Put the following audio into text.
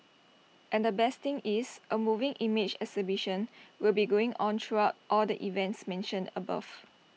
and the best thing is A moving image exhibition will be going on throughout all the events mentioned above